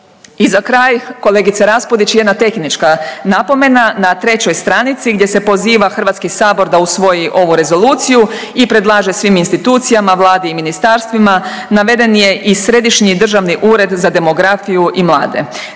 I za kraj, kolegice Raspudić, jedna tehnička napomena, na 3. stranici gdje se poziva HS da usvoji ovu rezoluciju i predlaže svim institucijama, Vladi i ministarstvima, naveden je i središnji državni ured za demografiju i mlade.